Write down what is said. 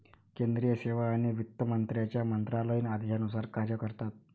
केंद्रीय सेवा आणि वित्त मंत्र्यांच्या मंत्रालयीन आदेशानुसार कार्य करतात